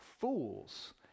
Fools